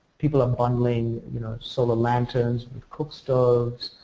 people are bundling, you know, solar lanterns with cook stoves,